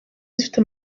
zifite